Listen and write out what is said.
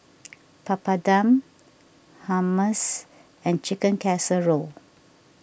Papadum Hummus and Chicken Casserole